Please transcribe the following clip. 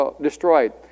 destroyed